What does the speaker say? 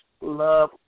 love